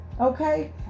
Okay